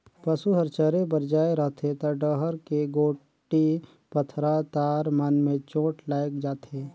पसू हर चरे बर जाये रहथे त डहर के गोटी, पथरा, तार मन में चोट लायग जाथे